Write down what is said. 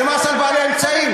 זה מס על בעלי האמצעים.